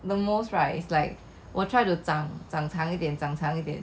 the most right it's like will try to 长长长长一点